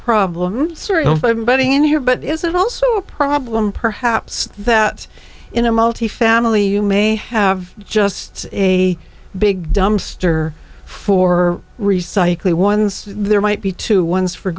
problem everybody in here but is it also a problem perhaps that in the multi family you may have just a big dumpster for recycling ones there might be two ones for